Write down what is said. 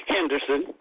Henderson